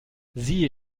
sie